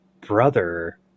brother